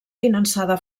finançada